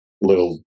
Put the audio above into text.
little